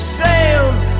sails